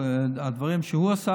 הדברים שהוא עשה.